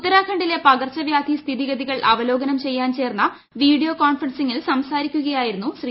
ഉത്തരാഖണ്ഡിലെ പകർച്ചവ്യാധി സ്ഥിതിഗതികൾ അവലോകനം ചെയ്യാൻ ചേർന്ന വീഡിയോ കോൺഫറൻസിൽ സംസാരിക്കുകയായിരുന്നു ശ്രീ